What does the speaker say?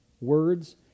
words